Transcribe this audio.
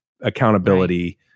accountability